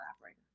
operator